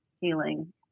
healing